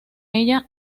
ella